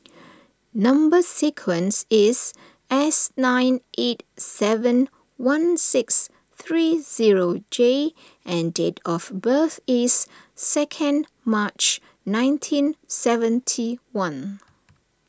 Number Sequence is S nine eight seven one six three zero J and date of birth is second March nineteen seventy one